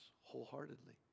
wholeheartedly